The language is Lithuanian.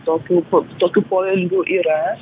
tokių po tokių poelgių yra